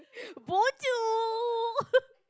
bo-jio